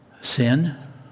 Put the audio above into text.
sin